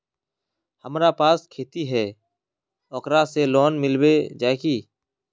हमरा पास खेती है ओकरा से लोन मिलबे जाए की?